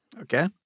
Okay